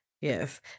Yes